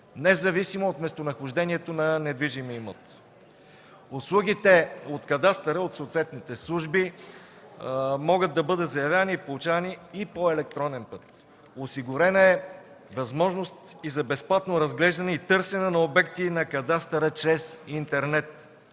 независимо от местонахождението на недвижимия имот. Услугите от кадастъра от съответните служби могат да бъдат заявявани и получавани и по електронен път. Осигурена е възможност и за безплатно разглеждане и търсене на обекти на кадастъра чрез интернет.